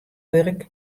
wurk